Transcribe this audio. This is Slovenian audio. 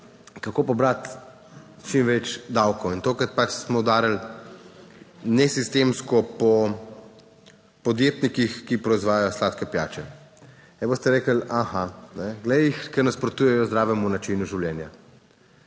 kako pobrati čim več davkov. In tokrat pač smo udarili nesistemsko po podjetnikih, ki proizvajajo sladke pijače. Boste rekli, aha, glej jih, nasprotujejo zdravemu načinu življenja.